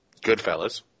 Goodfellas